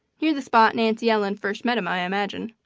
near the spot nancy ellen first met him i imagine.